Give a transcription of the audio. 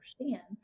understand